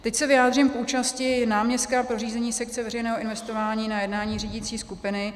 Teď se vyjádřím k účasti náměstka pro řízení sekce veřejného investování na jednání řídicí skupiny.